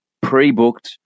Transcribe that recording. pre-booked